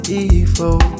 evil